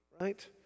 right